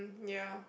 ya